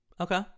Okay